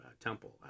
temple